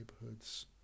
neighborhoods